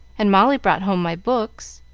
and molly brought home my books,